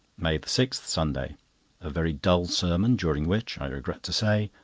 may six, sunday a very dull sermon, during which, i regret to say,